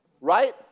Right